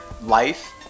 life